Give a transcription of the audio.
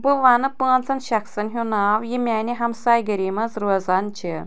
بہٕ ونہٕ پانٛژن شخصن ہُنٛد ناو یِم میانہِ ہمسایہِ گٔری منٛز روزان چھِ